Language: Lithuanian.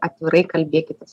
atvirai kalbėkitės